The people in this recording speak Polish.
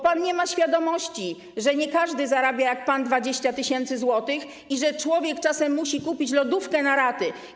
Pan nie ma świadomości, że nie każdy zarabia jak pan 20 tys. zł i że człowiek czasem musi kupić lodówkę na raty.